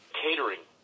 catering